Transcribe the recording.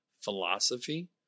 philosophy